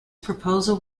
proposal